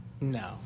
No